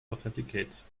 authenticates